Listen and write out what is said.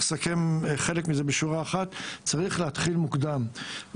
לסכם חלק מזה בשורה אחת צריך להתחיל מוקדם,